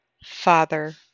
Father